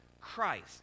Christ